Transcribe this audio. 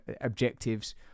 objectives